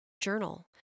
Journal